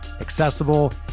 accessible